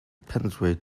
penetrate